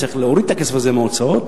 צריך להוריד את הכסף הזה מההוצאות,